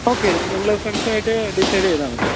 okay നിങ്ങള് ഫ്രണ്ട്സുമായിട്ട് decide ചെയ്താല് മതി